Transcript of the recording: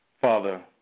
Father